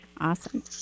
Awesome